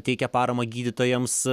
teikia paramą gydytojams